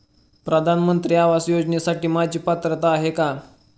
प्रधानमंत्री आवास योजनेसाठी माझी पात्रता आहे का?